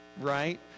right